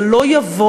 זה לא יבוא,